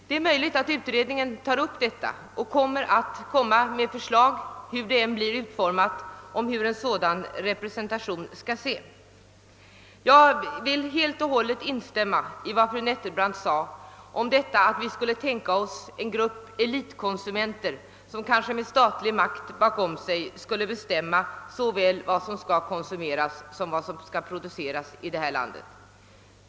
Det är möjligt att utredningen tar upp detta problem och framlägger förslag — hur det än blir utformat — om hur en sådan representation skall se ut. Jag vill helt och hållet instämma i vad fru Nettelbrandt sade om att tanken på en grupp elitkonsumenter som — kanske med statlig makt bakom sig — skulle bestämma såväl vad som skall konsumeras som vad som skall produceras här i landet är avskräckande.